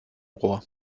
rohr